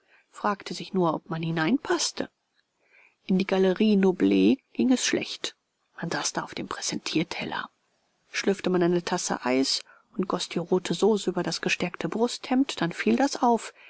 fragte sich nur ob man hineinpaßte in die galerie noble ging es schlecht man saß da auf dem präsentierteller schlürfte man eine tasse eis und goß die rote sauce über das gestärkte brusthemd dann fiel das auf